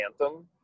anthem